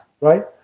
right